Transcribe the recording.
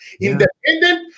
independent